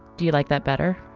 do you like that better?